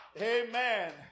Amen